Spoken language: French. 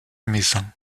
mézin